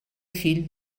fill